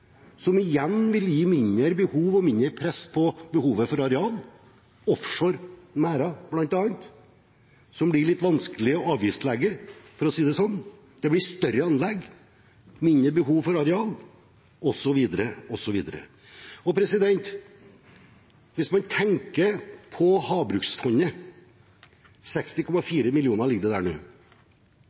som igjen vil gi mindre press på behovet for areal – offshoremerder, bl.a., som det blir litt vanskelig å avgiftslegge, for å si det sånn. Det blir større anlegg, mindre behov for areal, osv., osv. Hvis man tenker på havbruksfondet, ligger det 60,4 mill. kr der nå,